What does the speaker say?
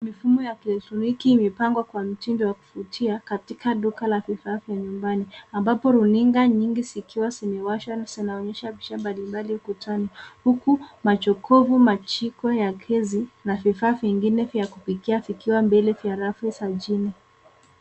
Mifumo ya kielektroniki imepangwa kwa mtindo wa kuvutia katika duka la vifaa vya nyumbani ambapo runinga nyingi zikiwa zimewashwa zinaonyesha picha mbalimbali ukutani huku majokofu, majiko ya gesi, na vifaa vingine vya kupikia vikiwa mbele ya rafu za mjini.